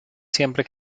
siempre